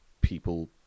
people